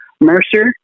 Mercer